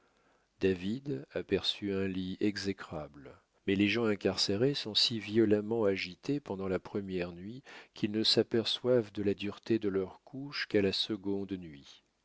david aperçut un lit exécrable mais les gens incarcérés sont si violemment agités pendant la première nuit qu'ils ne s'aperçoivent de la dureté de leur couche qu'à la seconde nuit